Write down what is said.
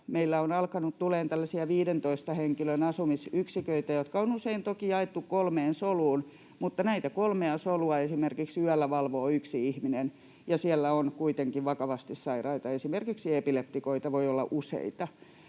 meille on alkanut tulemaan tällaisia viidentoista henkilön asumisyksiköitä, jotka on usein toki jaettu kolmeen soluun, mutta näitä kolmea solua esimerkiksi yöllä valvoo yksi ihminen, ja siellä on kuitenkin vakavasti sairaita, esimerkiksi epileptikoita voi olla useita.